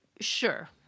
Sure